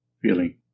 feeling